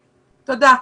תודה.